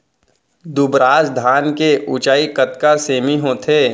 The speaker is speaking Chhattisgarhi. दुबराज धान के ऊँचाई कतका सेमी होथे?